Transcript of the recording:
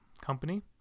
company